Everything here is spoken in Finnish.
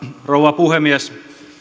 rouva puhemies